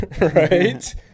Right